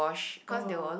oh